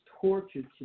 tortured